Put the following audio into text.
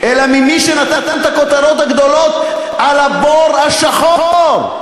אלא ממי שנתן את הכותרות הגדולות על הבור השחור.